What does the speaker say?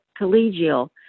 collegial